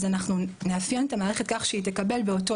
אז נאפיין את המערכת כך שהיא תקבל באותו